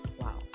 wow